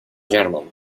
gentlemen